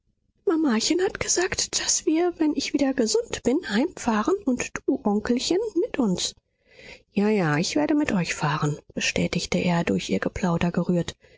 mamachen hat gesagt daß wir wenn ich wieder gesund bin heimfahren und du onkelchen mit uns ja ja ich werde mit euch fahren bestätigte er durch ihr geplauder gerührt